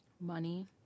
Money